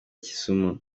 kisumu